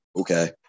okay